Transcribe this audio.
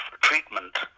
treatment